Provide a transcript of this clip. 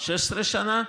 16 שנה?